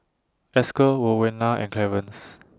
Esker Rowena and Clearence